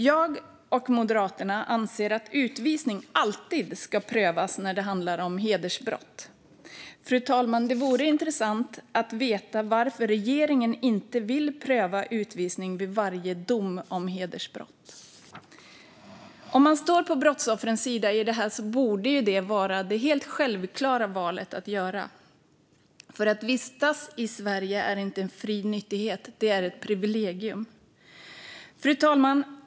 Jag och Moderaterna anser att utvisning alltid ska prövas när det handlar om hedersbrott. Det vore intressant, fru talman, att få veta varför regeringen inte vill pröva utvisning vid varje dom avseende hedersbrott. Om man står på brottsoffrens sida här borde detta vara det självklara valet att göra. Att vistas i Sverige är inte en fri nyttighet utan ett privilegium. Fru talman!